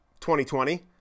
2020